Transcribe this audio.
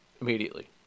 immediately